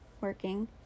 working